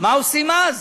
מה עושים אז?